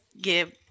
give